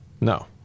No